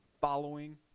following